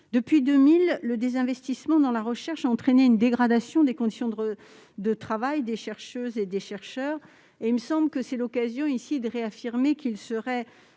Depuis 2000, le désinvestissement dans la recherche a entraîné une dégradation des conditions de travail des chercheurs. Il me semble que c'est l'occasion ici de réaffirmer qu'il serait